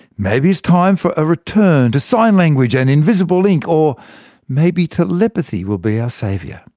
maybe it's time for a return to sign language and invisible ink, or maybe telepathy will be our saviour.